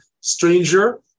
stranger